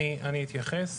אני אתייחס,